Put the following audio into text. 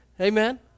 Amen